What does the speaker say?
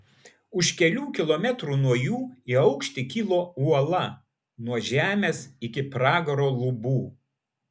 už kelių kilometrų nuo jų į aukštį kilo uola nuo žemės iki pragaro lubų